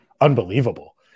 Unbelievable